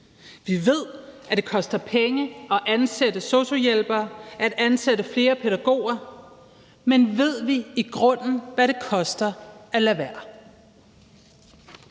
Vi ved, at det koster penge at ansætte sosu-hjælpere og at ansætte flere pædagoger, men ved vi i grunden, hvad det koster at lade være?